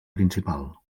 principal